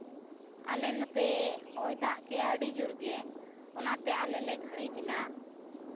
ᱟᱞᱮ ᱱᱚᱛᱮ ᱦᱚᱭ ᱫᱟᱜ ᱠᱮᱫ ᱟᱭ ᱟᱹᱰᱤ ᱡᱳᱨ ᱜᱮ ᱚᱱᱟᱛᱮ ᱟᱞᱮ ᱞᱮ ᱜᱷᱟᱹᱲᱤᱠ ᱮᱱᱟ